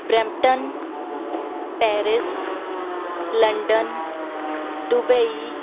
Brampton Paris London Dubai